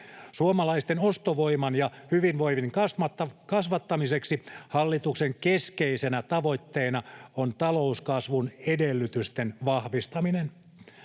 Suomalaisten ostovoiman ja hyvinvoinnin kasvattamiseksi hallituksen keskeisenä tavoitteena on talouskasvun edellytysten vahvistaminen.